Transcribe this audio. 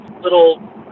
little